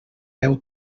deu